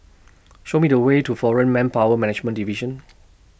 Show Me The Way to Foreign Manpower Management Division